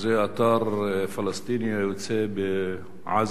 שזה אתר פלסטיני היוצא בעזה,